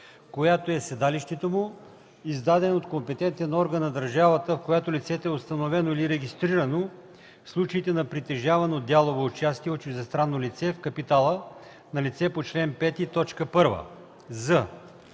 която е седалището му, издаден от компетентен орган на държавата, в която лицето е установено или регистрирано – в случаите на притежавано дялово участие от чуждестранно лице в капитала на лице по чл. 5, т.